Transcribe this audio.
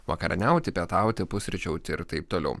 vakarieniauti pietauti pusryčiauti ir taip toliau